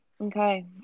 okay